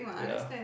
ya